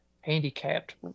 handicapped